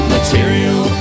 Material